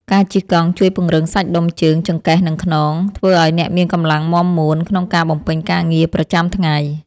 ការជិះកង់ជួយពង្រឹងសាច់ដុំជើង ចង្កេះ និងខ្នង ធ្វើឱ្យអ្នកមានកម្លាំងមាំមួនក្នុងការបំពេញការងារប្រចាំថ្ងៃ។